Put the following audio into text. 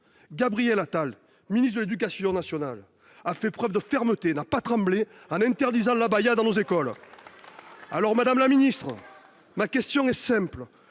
Gabriel Attal, ministre de l’éducation nationale, a fait preuve de fermeté et n’a pas tremblé en interdisant l’abaya dans nos écoles. Madame la ministre, ma question est simple,